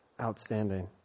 Outstanding